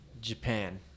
Japan